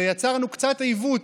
שיצרנו קצת עיוות.